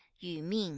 yu ming.